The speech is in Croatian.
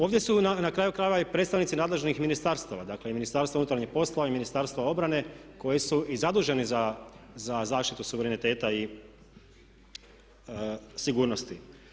Ovdje su na kraju krajeva i predstavnici nadležnih ministarstava, dakle i Ministarstva unutarnjih poslova i Ministarstva obrane koji su i zaduženi za zaštitu suvereniteta i sigurnosti.